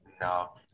No